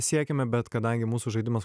siekiame bet kadangi mūsų žaidimas